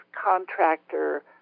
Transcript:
contractor